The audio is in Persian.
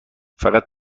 فقط